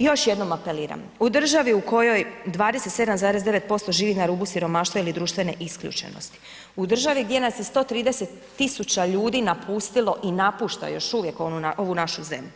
Još jednom apeliram, u državi u kojoj 27,9% živi na rubu siromaštva ili društvene isključenosti, u državi gdje nas je 130.000 ljudi napustilo i napušta još uvijek ovu našu zemlju,